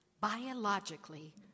biologically